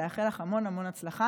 ולאחל לך המון המון הצלחה.